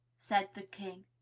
said the king.